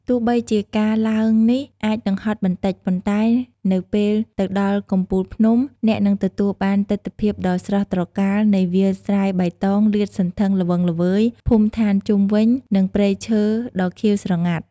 ទោះបីជាការឡើងនេះអាចនឹងហត់បន្តិច ប៉ុន្តែនៅពេលទៅដល់កំពូលភ្នំ អ្នកនឹងទទួលបានទិដ្ឋភាពដ៏ស្រស់ត្រកាលនៃវាលស្រែបៃតងលាតសន្ធឹងល្វឹងល្វើយ ភូមិឋានជុំវិញ និងព្រៃឈើដ៏ខៀវស្រងាត់។